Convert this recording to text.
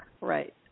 Right